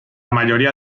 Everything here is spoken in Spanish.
mayoría